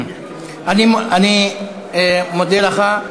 אני מודה לך.